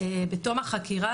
בתום החקירה,